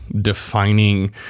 defining